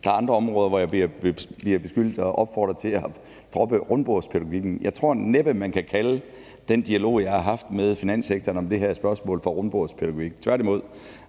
Der er andre områder, hvor jeg bliver opfordret til at droppe rundbordspædagogikken. Men jeg tror næppe, man kan kalde den dialog, jeg har haft med finanssektoren om det her spørgsmål, for rundbordspædagogik. Tværtimod